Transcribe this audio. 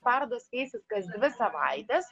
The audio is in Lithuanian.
parodos keisis kas dvi savaites